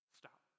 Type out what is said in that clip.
stop